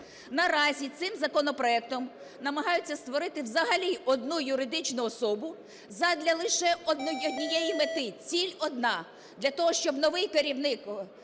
Наразі цим законопроектом намагаються створити взагалі одну юридичну особу задля лише однієї мети, ціль одна: для того, щоб новий керівник